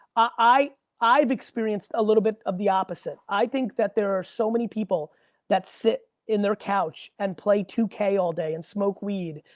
i i have experienced a little bit of the opposite. i think that there are so many people that sit in their coach and play two k all day and smoke weed,